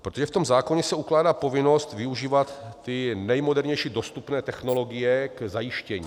Protože v tom zákoně se ukládá povinnost využívat ty nejmodernější dostupné technologie k zajištění.